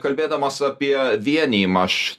kalbėdamas apie vienijimą aš